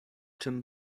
czym